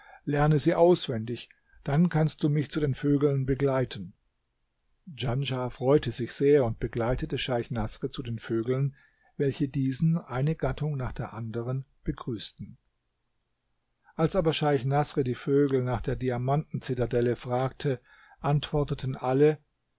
lerne sie auswendig dann kannst du mich zu den vögeln begleiten djanschah freute sich sehr und begleitete scheich naßr zu den vögeln welche diesen eine gattung nach der anderen begrüßten als aber scheich naßr die vögel nach der diamanten zitadelle fragte antworteten alle